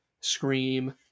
Scream